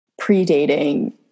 predating